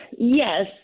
Yes